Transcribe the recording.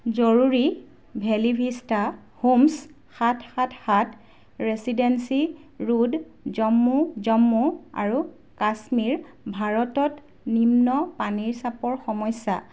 জৰুৰী valley vista homes সাত সাত সাত ৰেচিডেন্সি ৰোড জম্মু জম্মু আৰু কাশ্মীৰ ভাৰতত নিম্ন পানীৰ চাপৰ সমস্যা